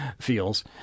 feels